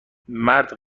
مرد